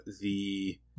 the-